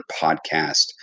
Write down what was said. podcast